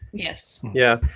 yes. yeah.